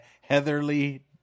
heatherly